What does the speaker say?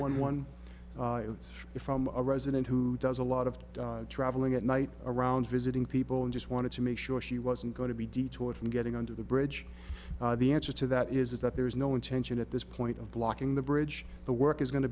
one one is from a resident who does a lot of traveling at night around visiting people and just wanted to make sure she wasn't going to be detoured from getting under the bridge the answer to that is is that there is no intention at this point of blocking the bridge the work is going to